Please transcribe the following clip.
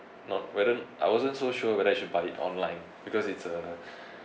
not whether I wasn't so sure whether I should buy it online because it's a